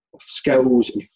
skills